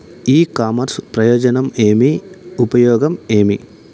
ఇ commerce ప్రయోజనం ఏమి? ఉపయోగం ఏమి?